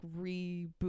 reboot